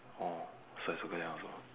orh so I circle that one also